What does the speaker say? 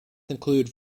included